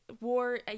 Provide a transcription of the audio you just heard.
war